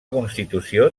constitució